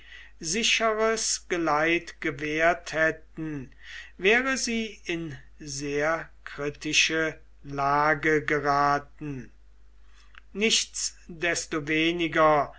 sicheres geleit gewährt hätten wäre sie in sehr kritische lage geraten